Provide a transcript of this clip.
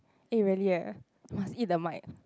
eh really eh must eat the mic